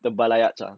the ballarat ah